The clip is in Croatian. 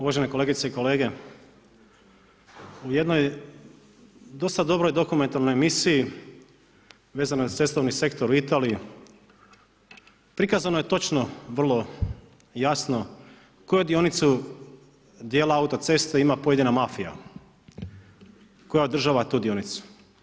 Uvažene kolegice i kolege, u jednoj dosta dobroj dokumentarnoj emisiji, vezano za cestovni sektor u Italiji, prikazano je točno vrlo jasno tko je dionicu dijela autoceste ima pojedina mafija, tko održava tu dionicu?